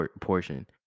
portion